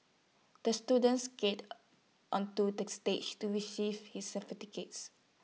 the student skated onto the stage to receive his certificate